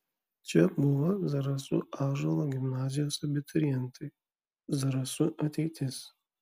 čia buvo zarasų ąžuolo gimnazijos abiturientai zarasų ateitis